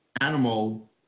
animal